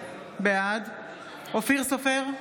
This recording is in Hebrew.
בעד אופיר סופר,